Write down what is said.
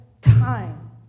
time